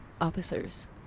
officers